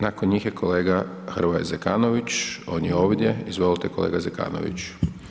Nakon njih je kolega Hrvoje Zekanović, on je ovdje, izvolite kolega Zekanović.